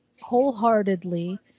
wholeheartedly